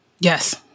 Yes